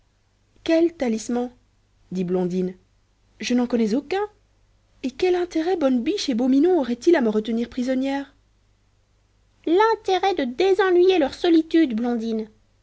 quel talisman dit blondine je n'en connais aucun et quel intérêt bonne biche et beau minon auraient-ils à me retenir prisonnière l'intérêt de désennuyer leur solitude blondine